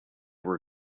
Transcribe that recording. were